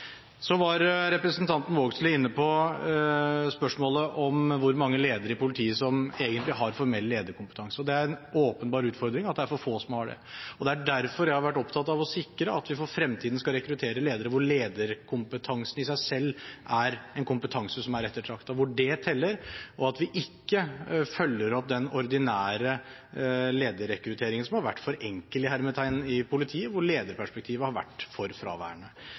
Så var representanten Vågslid inne på spørsmålet om hvor mange ledere i politiet som egentlig har formell lederkompetanse, og det er en åpenbar utfordring at for få har det. Derfor har jeg vært opptatt av å sikre at vi for fremtiden skal rekruttere ledere hvor lederkompetansen i seg selv er en kompetanse som er ettertraktet, hvor det teller, og at vi ikke følger opp den ordinære lederrekrutteringen, som i politiet har vært «for enkel», og hvor lederperspektivet har vært for fraværende.